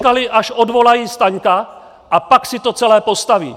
Čekali, až odvolají Staňka, a pak si to celé postaví.